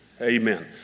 Amen